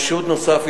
חשוד נוסף,